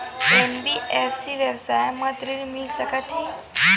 NBFC व्यवसाय मा ऋण मिल सकत हे